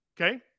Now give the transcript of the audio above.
Okay